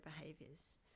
behaviors